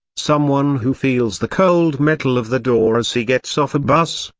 someone who feels the cold metal of the door as he gets off a bus,